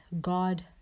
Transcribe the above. God